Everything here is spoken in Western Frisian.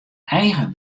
eigen